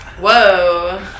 Whoa